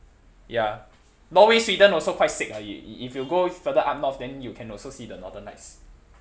ya norway sweden also quite sick ah if you go further up north then you can also see the northern lights